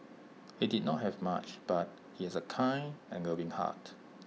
he did not have much but he has A kind and loving heart